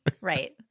right